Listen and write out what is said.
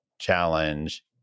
challenge